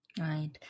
Right